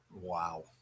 Wow